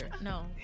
no